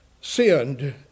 sinned